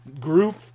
group